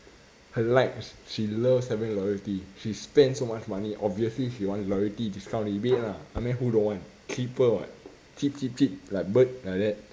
her likes she loves having loyalty she spends so much money obviously she wants loyalty discounts rebate lah I mean who don't want cheaper [what] cheap cheap cheap like bird like that